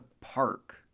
park